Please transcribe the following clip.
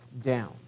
down